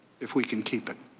if we can keep it.